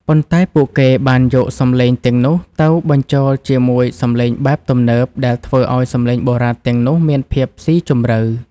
ប៉ុន្តែពួកគេបានយកសំឡេងទាំងនោះ ទៅបញ្ចូលជាមួយសំឡេងបែបទំនើប ដែលធ្វើឱ្យសំឡេងបុរាណទាំងនោះមានភាពស៊ីជម្រៅ។